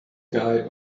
guy